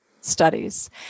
studies